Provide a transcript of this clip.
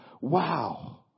wow